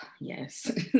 yes